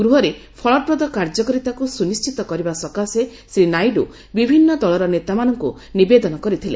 ଗୃହରେ ଫଳପ୍ରଦ କାର୍ଯ୍ୟକାରିତାକୁ ସୁନିଶ୍ଚିତ କରିବା ସକାଶେ ଶ୍ରୀ ନାଇଡୁ ବିଭିନ୍ନ ଦଳର ନେତାମାନଙ୍କୁ ନିବେଦନ କରିଥିଲେ